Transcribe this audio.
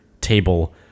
table